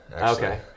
Okay